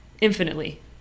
infinitely